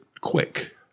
quick